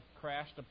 crashed